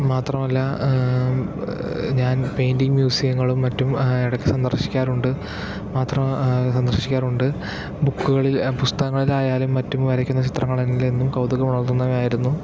മാത്രമല്ല ഞാൻ പെയിൻ്റിങ് മ്യൂസിയങ്ങളും മറ്റും ഇടയ്ക്ക് സന്ദർശിക്കാറുണ്ട് മാത്രം സന്ദർശിക്കാറുണ്ട് ബുക്കുകളിൽ പുസ്തകങ്ങളിലായാലും മറ്റും വരയ്ക്കുന്ന ചിത്രങ്ങളിൽ നിന്നും കൗതുകമുണർത്തുന്നവയായിരുന്നു